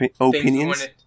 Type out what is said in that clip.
Opinions